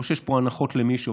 לא שיש פה הנחות למישהו,